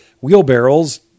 wheelbarrows